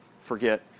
forget